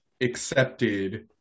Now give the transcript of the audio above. accepted